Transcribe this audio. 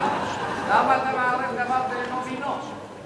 למה אתה מערב דבר בשאינו מינו?